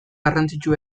garrantzitsu